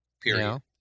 period